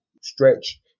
stretch